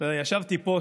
ישבתי פה,